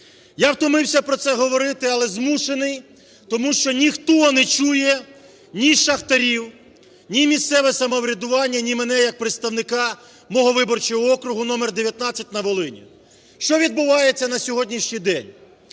Я втомився про це говорити, але змушений, тому що ніхто не чує ні шахтарів, ні місцеве самоврядування, ні мене як представника мого виборчого округу номер 19 на Волині. Що відбувається на сьогоднішній день?